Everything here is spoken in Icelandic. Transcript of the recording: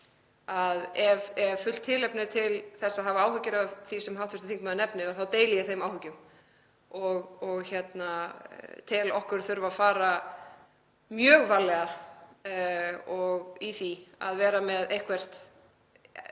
að ef fullt tilefni er til þess að hafa áhyggjur af því sem hv. þingmaður nefnir þá deili ég þeim áhyggjum og tel okkur þurfa að fara mjög varlega í því að vera með eitthvert